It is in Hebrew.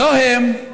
לא הם,